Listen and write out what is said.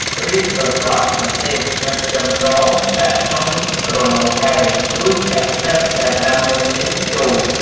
រៀបត្រសក់ ម្ទេស និង ខ្ទឹមស ដាក់ក្នុងក្រឡកែវ រួចចាក់ទឹកដែលដាំមុននេះចូល។